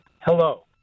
hello